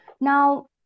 Now